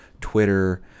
Twitter